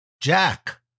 Jack